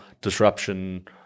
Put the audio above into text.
disruption